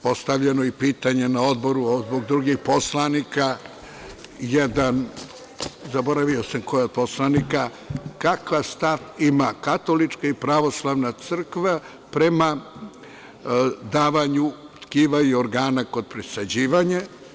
Postavljeno je i pitanje na Odboru, ali zbog drugih poslanika, zaboravio sam kojeg poslanika, kakav stav ima katolička i pravoslavna crkva prema davanju tkiva i organa kod presađivanja.